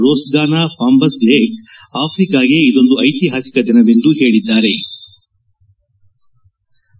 ರೋಸ್ಗಾನ ಫಾಂಬನ್ ಲೇಖ್ ಅಫ್ರಿಕಾಗೆ ಇದೊಂದು ಐತಿಹಾಸಿಕ ದಿನವೆಂದು ಹೇಳದ್ದಾರೆ